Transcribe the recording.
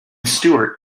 stuart